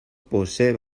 posee